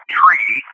tree